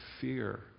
fear